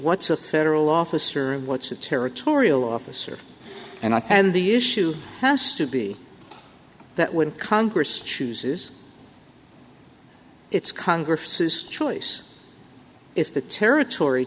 what's a federal officer and what's a territorial officer and i think the issue has to be that would congress chooses it's congress's choice if the territory